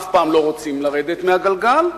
אף פעם לא רוצים לרדת מהגלגל,